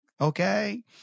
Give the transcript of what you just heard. okay